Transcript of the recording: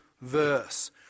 verse